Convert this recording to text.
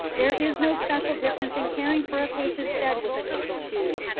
there is no special difference in caring for a patient fed with a nasal tube,